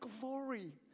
glory